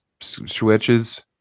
switches